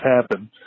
happen